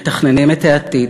מתכננים את העתיד.